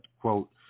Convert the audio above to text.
Quote